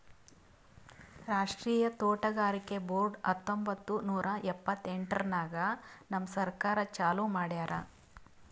ರಾಷ್ಟ್ರೀಯ ತೋಟಗಾರಿಕೆ ಬೋರ್ಡ್ ಹತ್ತೊಂಬತ್ತು ನೂರಾ ಎಂಭತ್ತೆಂಟರಾಗ್ ನಮ್ ಸರ್ಕಾರ ಚಾಲೂ ಮಾಡ್ಯಾರ್